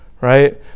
right